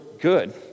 good